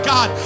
God